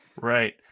Right